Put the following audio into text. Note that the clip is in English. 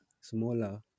smaller